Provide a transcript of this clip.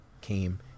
came